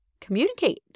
communicate